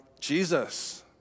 Jesus